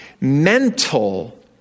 mental